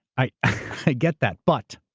i get that but,